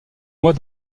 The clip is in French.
mois